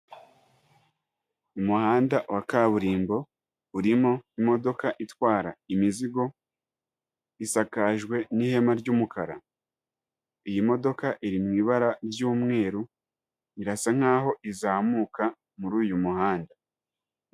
Umuhanda wa kaburimbo urimo imodoka itwara imizigo, isakajwe n'ihema ry'umukara. Iyi modoka iri mu ibara ry'umweru irasa nkaho izamuka muri uyu muhanda.